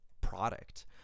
product